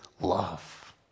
love